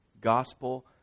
Gospel